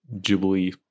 Jubilee